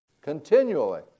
Continually